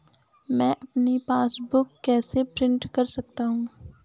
मैं अपनी पासबुक कैसे प्रिंट कर सकता हूँ?